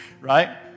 right